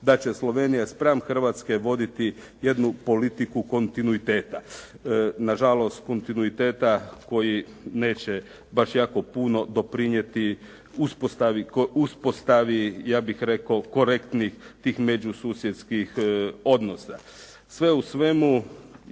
da će Slovenija spram Hrvatske voditi jednu politiku kontinuiteta. Nažalost, kontinuiteta koji neće baš jako puno doprinijeti uspostavi, ja bih rekao korektnih tih međususjedskih odnosa. Sve u svemu,